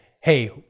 Hey